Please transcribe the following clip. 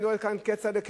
אני רואה כאן את כצל'ה,